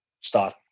start